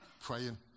praying